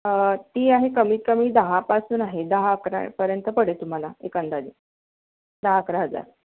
ती आहे कमीतकमी दहापासून आहे दहा अकरापर्यंत पडेल तुम्हाला एक अंदाजे दहाअकरा हजार